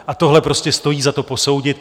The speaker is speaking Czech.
A tohle prostě stojí za to posoudit.